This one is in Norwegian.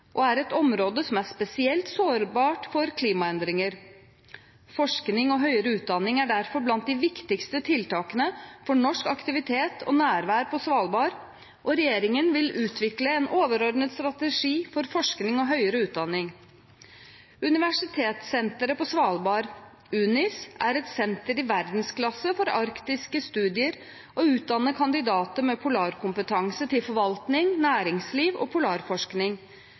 og det er et område som er spesielt sårbart for klimaendringer. Forskning og høyere utdanning er derfor blant de viktigste tiltakene for norsk aktivitet og nærvær på Svalbard, og regjeringen vil utvikle en overordnet strategi for forskning og høyere utdanning. Universitetssenteret på Svalbard, UNIS, er et senter i verdensklasse for arktiske studier og utdanner kandidater med polarkompetanse til forvaltning, næringsliv og polarforskning.